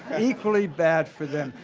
equally bad for them.